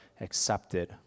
accepted